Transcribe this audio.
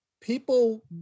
people